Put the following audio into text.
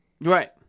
Right